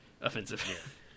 offensive